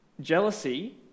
Jealousy